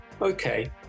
okay